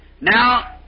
Now